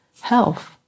health